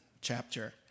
chapter